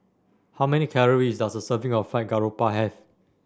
how many calories does a serving of Fried Garoupa have